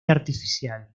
artificial